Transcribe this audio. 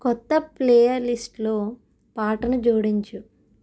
కొత్త ప్లే లిస్ట్లో పాటను జోడించు